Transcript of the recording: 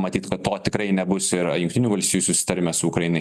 matyt to tikrai nebus ir jungtinių valstijų susitarime su ukraina